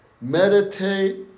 meditate